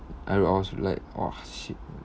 I will always like !wah! shit man